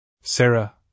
Sarah